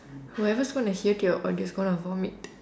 whoever is gonna hear to your audio is gonna vomit